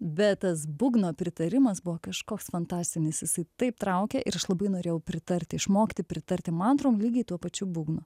bet tas būgno pritarimas buvo kažkoks fantastinis jisai taip traukia ir aš labai norėjau pritarti išmokti pritarti mantrom lygiai tuo pačiu būgnu